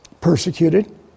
persecuted